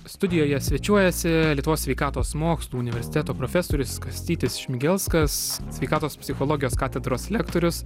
studijoje svečiuojasi lietuvos sveikatos mokslų universiteto profesorius kastytis šmigelskas sveikatos psichologijos katedros lektorius